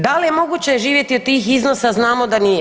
Da li je moguće živjeti od tih iznosa, znamo da nije.